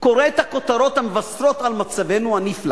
קורא את הכותרות המבשרות על מצבנו הנפלא